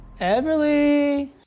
Everly